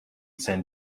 san